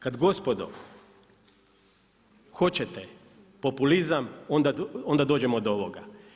Kada gospodo hoćete populizam onda dođemo do ovoga.